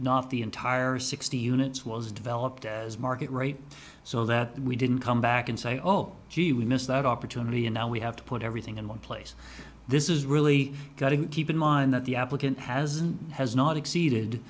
not the entire sixty units was developed as market rate so that we didn't come back and say oh gee we missed that opportunity and now we have to put everything in one place this is really got to keep in mind that the applicant hasn't has not exceeded